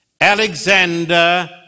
Alexander